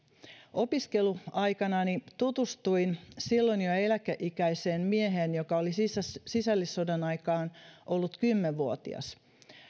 opiskeluaikanani tutustuin silloin jo eläkeikäiseen mieheen joka oli sisällissodan aikaan ollut kymmenvuotias